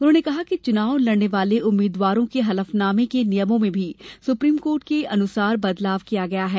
उन्होंने कहा कि चुनाव लड़ने वाले उम्मीदवारों के हलफनामे के नियमों मे भी सुप्रीम कोर्ट के मुताबिक बदलाव किया गया है